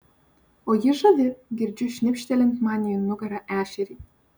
o ji žavi girdžiu šnipštelint man į nugarą ešerį